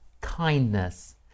kindness